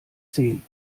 zehn